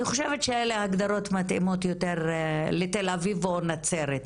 ואני חושבת שאלה הגדרות שמתאימות יותר לתל אביב או נצרת,